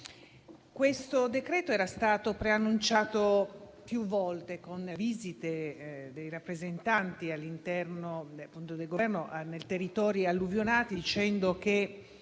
questo decreto era stato preannunciato più volte, con visite dei rappresentanti del Governo nei territori alluvionati, dicendo che